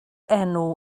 enw